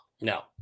No